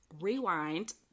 rewind